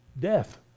death